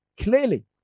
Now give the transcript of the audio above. Clearly